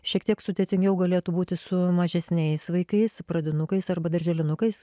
šiek tiek sudėtingiau galėtų būti su mažesniais vaikais su pradinukais arba darželinukais